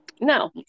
No